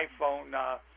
iPhone